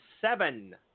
seven